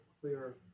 clear